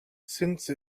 since